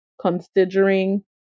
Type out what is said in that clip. considering